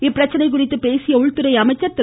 இப்பிரச்சினை குறித்து பேசிய உள்துறை அமைச்சர் திரு